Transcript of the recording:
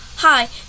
Hi